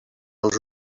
als